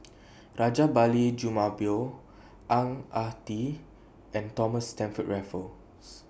Rajabali Jumabhoy Ang Ah Tee and Thomas Stamford Raffles